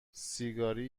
سیگاری